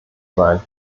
sein